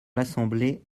l’assemblée